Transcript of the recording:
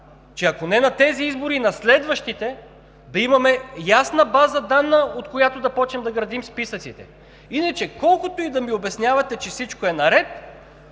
че ако не на тези избори, на следващите да имаме ясна база данни, от която да започнем да градим списъците. Иначе колкото и да ми обяснявате, че всичко е наред,